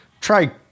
try